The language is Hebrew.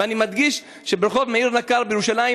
ואני מדגיש שברחוב מאיר נקר בירושלים,